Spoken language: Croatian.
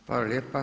Hvala lijepa.